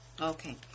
Okay